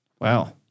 Wow